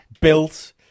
built